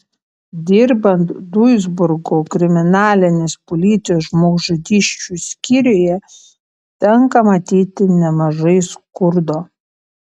dirbant duisburgo kriminalinės policijos žmogžudysčių skyriuje tenka matyti nemažai skurdo